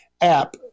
app